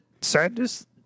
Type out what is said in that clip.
Sadness